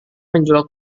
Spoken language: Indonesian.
menjual